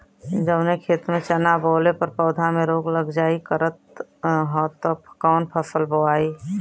जवने खेत में चना बोअले पर पौधा में रोग लग जाईल करत ह त कवन फसल बोआई?